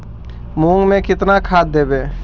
मुंग में केतना खाद देवे?